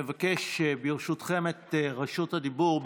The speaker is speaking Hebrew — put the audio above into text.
אני מבקש את רשות הדיבור,